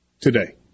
today